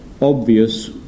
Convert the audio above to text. obvious